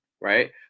right